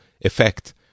effect